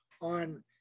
on